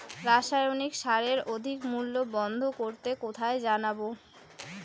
রাসায়নিক সারের অধিক মূল্য বন্ধ করতে কোথায় জানাবো?